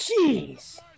Jeez